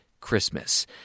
Christmas